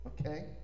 okay